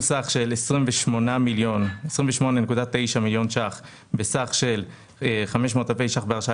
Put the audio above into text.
סך של 28.9 מיליון שקלים בסך של 500 אלפי שקלים בהרשאה